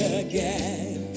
again